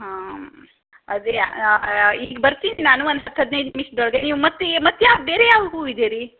ಹಾಂ ಅದೇ ಇಲ್ಲಿ ಬರ್ತೀನಿ ನಾನು ಒಂದು ಹತ್ತು ಹದಿನೈದು ನಿಮಿಷದೊಳ್ಗೆ ನೀವು ಮತ್ತೆ ಮತ್ಯಾಕೆ ಬೇರೆ ಯಾವ ಹೂವು ಇದೆ ರೀ